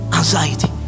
anxiety